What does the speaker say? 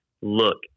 look